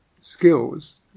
skills